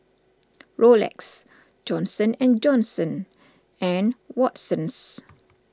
Rolex Johnson and Johnson and Watsons